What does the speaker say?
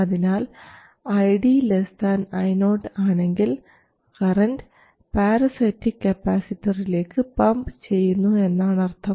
അതിനാൽ ID Io ആണെങ്കിൽ current parasitic കപ്പാസിറ്ററിലേക്ക് പമ്പ് ചെയ്യുന്നു എന്നാണ് അർത്ഥം